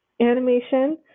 animation